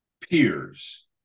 peers